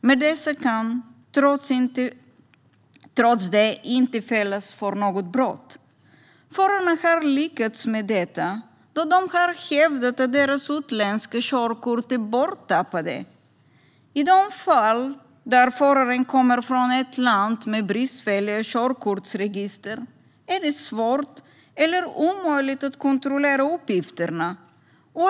Men dessa förare har trots det inte kunnat fällas för något brott. Förarna har lyckats med det då de har hävdat att deras utländska körkort är borttappade. I de fall där föraren kommer från ett land med bristfälligt körkortsregister är det svårt eller omöjligt att kontrollera uppgifterna.